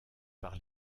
par